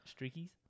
streakies